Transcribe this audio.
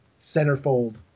centerfold